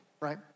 right